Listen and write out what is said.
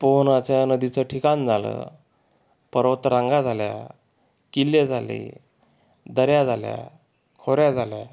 पोहण्याच्या नदीचं ठिकाण झालं पर्वतरांगा झाल्या किल्ले झाले दऱ्या झाल्या खोऱ्या झाल्या